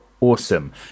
awesome